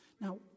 Now